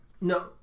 No